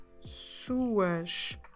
suas